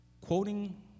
quoting